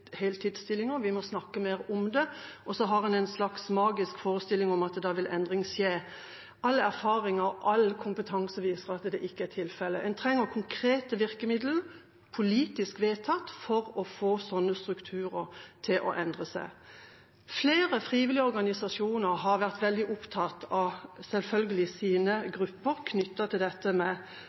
heltidsstillinger, at vi må snakke mer om det, og så har en en slags magisk forestilling om at da vil endring skje. All erfaring og all kompetanse viser at det ikke er tilfellet. En trenger konkrete virkemidler, politisk vedtatt, for å få sånne strukturer til å endre seg. Flere frivillige organisasjoner har vært veldig opptatt av, selvfølgelig, sine grupper knyttet til